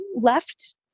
left